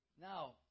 Now